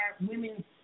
women